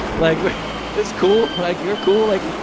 like that's cool, like you're cool like,